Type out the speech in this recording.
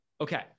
Okay